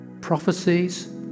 Prophecies